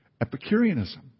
Epicureanism